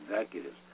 executives